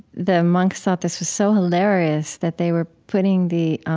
the monks thought this was so hilarious that they were putting the